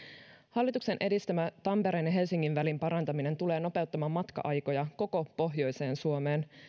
hallituksen edistämä tampereen ja helsingin välin parantaminen tulee nopeuttamaan matka aikoja koko pohjoiseen suomeen